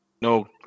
no